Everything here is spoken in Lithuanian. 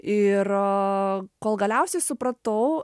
ir kol galiausiai supratau